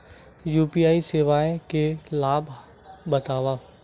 UPI सेवाएं के लाभ बतावव?